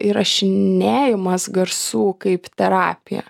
įrašinėjimas garsų kaip terapija